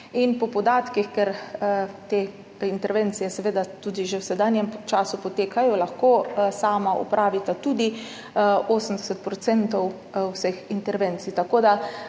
In po podatkih, ker te intervencije seveda potekajo že v sedanjem času, lahko sama opravita tudi 80 % vseh intervencij.